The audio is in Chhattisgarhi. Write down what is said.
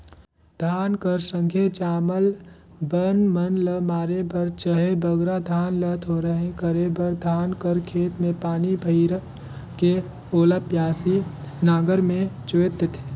धान कर संघे जामल बन मन ल मारे बर चहे बगरा धान ल थोरहे करे बर धान कर खेत मे पानी भइर के ओला बियासी नांगर मे जोएत देथे